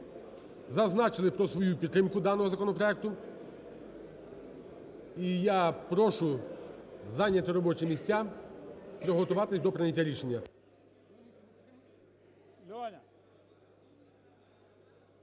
зазначили про свою підтримку даного законопроекту. І я прошу зайняти робочі місця, приготуватися до прийняття рішення.